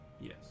Yes